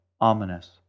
ominous